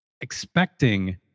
Expecting